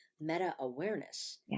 meta-awareness